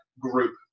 group